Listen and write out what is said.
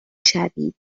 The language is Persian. شوید